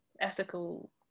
ethical